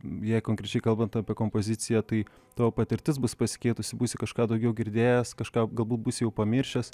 jei konkrečiai kalbant apie kompoziciją tai tavo patirtis bus pasikeitusi būsi kažką daugiau girdėjęs kažką galbūt būsi jau pamiršęs